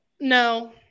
no